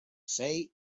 say